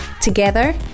Together